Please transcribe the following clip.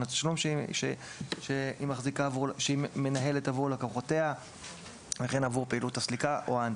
התשלום שהיא מנהלת עבור לקוחותיה וכן עבור פעילות הסליקה או ההנפקה.